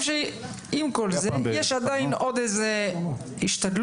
שעם כל זה יש עדיין עוד איזו השתדלות.